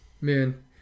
Man